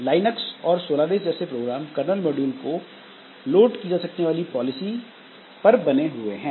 Linux और Solaris जैसे program kernel module की लोड की जा सकने वाली पॉलिसी पर बने हुए हैं